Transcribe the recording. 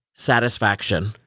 Satisfaction